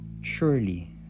Surely